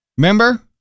Remember